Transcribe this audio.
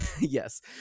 Yes